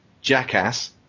jackass